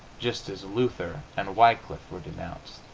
just as luther and wycliffe were denounced,